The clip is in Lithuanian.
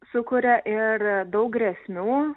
sukuria ir daug grėsmių